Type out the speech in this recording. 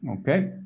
Okay